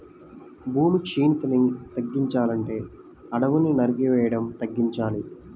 భూమి క్షీణతని తగ్గించాలంటే అడువుల్ని నరికేయడం తగ్గించాలి